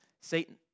Satan